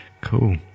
Cool